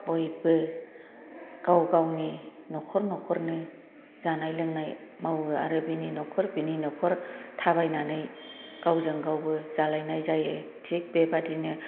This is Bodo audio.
बयबो गाव गावनि नखर नखरनो जानाय लोंनाय मावो आरो बिनि नखर बिनि नखर थाबायनानै गावजों गावबो जालायनाय जायो